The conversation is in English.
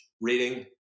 reading